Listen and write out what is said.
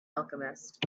alchemist